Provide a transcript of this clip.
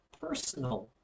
personal